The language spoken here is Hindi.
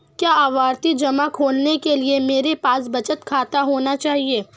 क्या आवर्ती जमा खोलने के लिए मेरे पास बचत खाता होना चाहिए?